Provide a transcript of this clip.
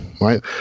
right